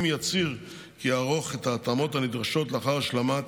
אם יצהיר כי יערוך את ההתאמות הנדרשות לאחר השלמת